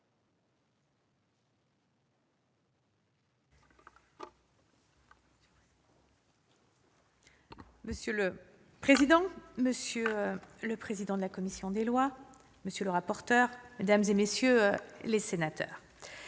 Monsieur le président, monsieur le président de la commission des lois, monsieur le rapporteur, mesdames, messieurs les sénateurs,